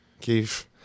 Keith